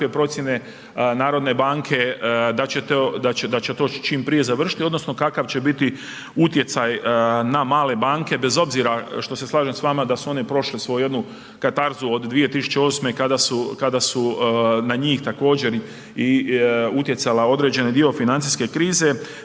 nekakve procjene Narodne banke da će to čim prije završiti odnosno kakav će biti utjecaj na male banke bez obzira što se slažem s vama da su one prošle svoju jednu katarzu od 2008. kada su na njih također utjecala određeni dio financijske krize.